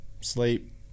sleep